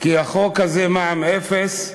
כי החוק הזה, מע"מ אפס,